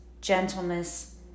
gentleness